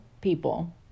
people